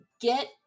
get